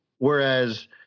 Whereas